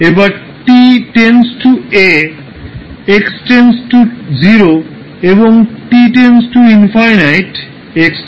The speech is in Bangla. এবার t → a x → 0 এবং t →∞ x →∞